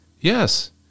Yes